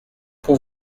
pour